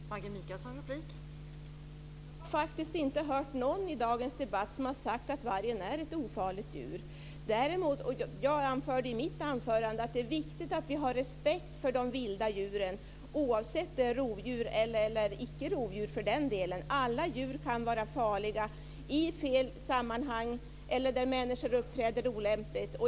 Fru talman! Jag har faktiskt inte hört någon i dagens debatt som har sagt att vargen är ett ofarligt djur. Jag anförde i mitt anförande att det är viktigt att vi har respekt för de vilda djuren, oavsett om de är rovdjur eller icke rovdjur. Alla djur kan vara farliga i fel sammanhang eller där människor uppträder olämpligt.